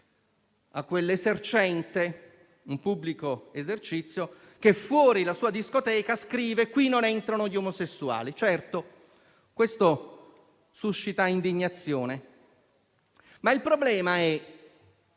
a quell'esercente di un pubblico esercizio che, fuori dalla sua discoteca, scrive: «Qui non entrano gli omosessuali». Certo, questo suscita indignazione, ma il problema è